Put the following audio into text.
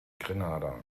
grenada